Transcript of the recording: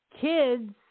kids